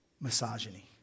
misogyny